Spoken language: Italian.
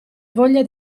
voglia